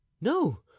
No